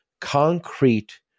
concrete